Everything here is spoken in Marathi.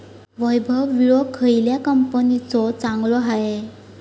वैभव विळो खयल्या कंपनीचो चांगलो हा?